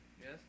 yes